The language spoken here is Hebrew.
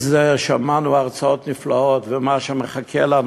שמענו הרצאות נפלאות ומה שמחכה לנו,